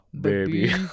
baby